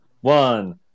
One